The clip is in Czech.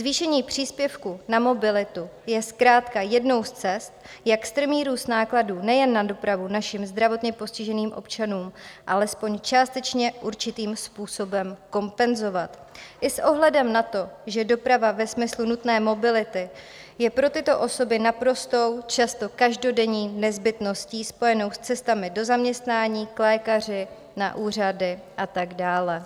Zvýšení příspěvku na mobilitu je zkrátka jednou z cest, jak strmý růst nákladů nejen na dopravu našim zdravotně postiženým občanům alespoň částečně určitým způsobem kompenzovat i s ohledem na to, že doprava ve smyslu nutné mobility je pro tyto osoby naprostou, často každodenní nezbytností spojenou s cestami do zaměstnání, k lékaři, na úřady a tak dále.